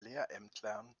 lehrämtlern